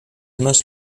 most